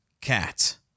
cat